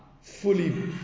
fully